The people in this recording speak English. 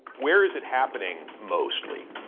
where is it happening, mostly?